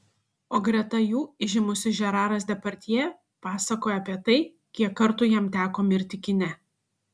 o greta jų įžymusis žeraras depardjė pasakoja apie tai kiek kartų jam teko mirti kine